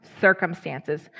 circumstances